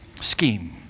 Scheme